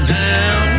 down